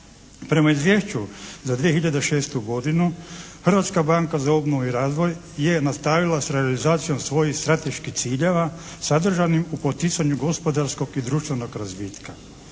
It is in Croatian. Prema Izvješću za 2006. godinu Hrvatska banka za obnovu i razvoj je nastavila sa realizacijom svojih strateških ciljeva sadržanim u poticanju gospodarskog i društvenog razvitka.